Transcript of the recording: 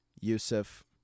Yusuf